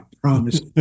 promise